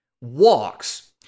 walks